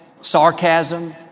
sarcasm